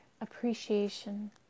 appreciation